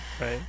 Right